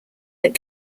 that